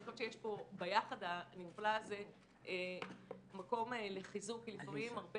אני חושבת שיש פה ביחד הנפלא הזה מקום לחיזוק כי לפעמים הרבה